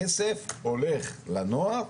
הכסף הולך לנוער.